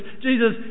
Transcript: Jesus